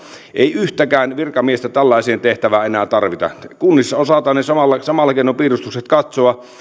ei yhtäkään virkamiestä tällaiseen tehtävään enää tarvita kunnissa osataan samalla samalla keinoin piirustukset katsoa